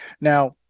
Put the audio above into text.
Now